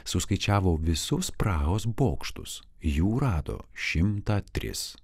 suskaičiavo visus prahos bokštus jų rado šimtą tris